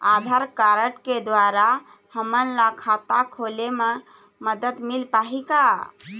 आधार card के द्वारा हमन ला खाता खोले म मदद मिल पाही का?